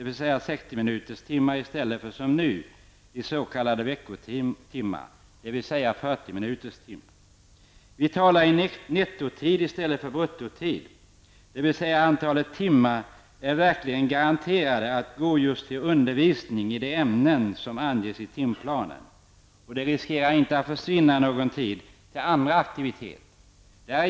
Vi räknar i s.k. klocktimmar, dvs. 60 Vi talar om nettotid i stället för bruttotid, dvs. antalet timmar är verkligen garanterade att användas just till undervisning i de ämnen som anges i timplanen, och det finns ingen risk för att någon tid försvinner till andra aktiviteter.